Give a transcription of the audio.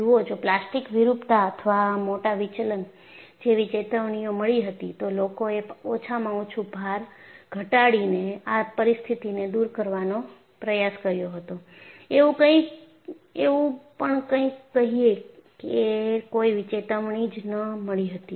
જુઓ જો પ્લાસ્ટિક વિરૂપતા અથવા મોટા વિચલન જેવી ચેતવણીઓ મળી હતી તો લોકોએ ઓછામાં ઓછું ભાર ઘટાડીને આ પરિસ્થિતિને દૂર કરવાનો પ્રયાસ કર્યો હતો એવું પણ કંઈક કહીએ કે કોઈ ચેતવણી જ ન મળી હતી